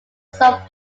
sub